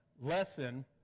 lesson